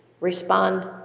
respond